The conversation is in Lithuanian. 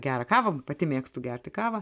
gerą kavą pati mėgstu gerti kavą